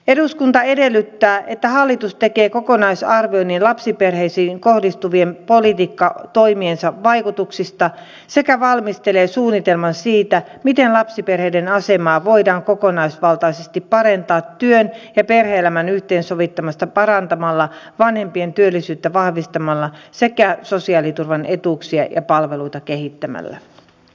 eduskunta edellyttää että hallitus tekee kokonaisarvioinnin lapsiperheisiin kohdistuvien politiikkatoimiensa vaikutuksista sekä valmistelee suunnitelman siitä miten lapsiperheiden asemaa voidaan kokonaisvaltaisesti parantaa työn ja perhe elämän yhteensovittamista parantamalla vanhempien työllisyyttä vahvistamalla sekä sosiaaliturvan etuuksia ja palveluita kehittämällä